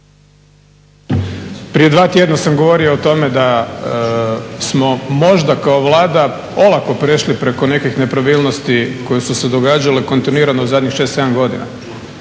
prije dva tjedna sam govorio o tome da smo možda kao Vlada olako prešli preko nekih nepravilnosti koje su se događale kontinuirano u zadnjih 6.,7. godina.